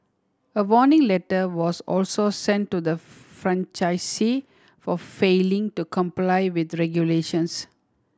a warning letter was also sent to the franchisee for failing to comply with regulations